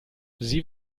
sie